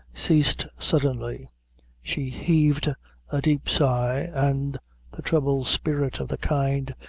ceased suddenly she heaved a deep sigh, and the troubled spirit of the kind,